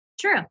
True